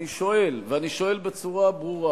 אני שואל, ואני שואל בצורה ברורה: